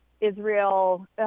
Israel